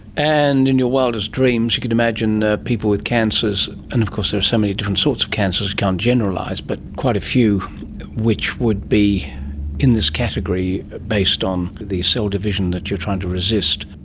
and in your wildest dreams you could imagine ah people with cancers, and of course there are so many different sorts of cancers, can't generalise, but quite a few which would be in this category based on the cell division that you're trying to resist,